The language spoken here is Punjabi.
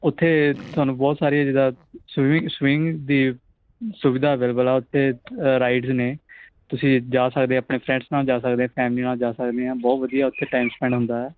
ਉੱਥੇ ਤੁਹਾਨੂੰ ਬਹੁਤ ਸਾਰੀਆਂ ਜਿੱਦਾਂ ਸਵੀ ਸਵਾਮਿੰਗ ਦੀ ਸੁਵਿਧਾ ਅਵੇਲੇਵਲ ਆ ਉੱਥੇ ਅ ਰਾਈਡਜ਼ ਨੇ ਤੁਸੀਂ ਜਾ ਸਕਦੇ ਆਪਣੇ ਫਰੈਂਡਸ ਨਾਲ ਜਾ ਸਕਦੇ ਫੈਮਲੀ ਨਾਲ ਜਾ ਸਕਦੇ ਹਾਂ ਬਹੁਤ ਵਧੀਆ ਉੱਥੇ ਟਾਈਮ ਸਪੈਂਡ ਹੁੰਦਾ ਆ